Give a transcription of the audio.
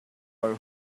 are